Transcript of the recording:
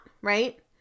right